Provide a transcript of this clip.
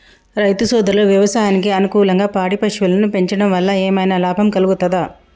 రైతు సోదరులు వ్యవసాయానికి అనుకూలంగా పాడి పశువులను పెంచడం వల్ల ఏమన్నా లాభం కలుగుతదా?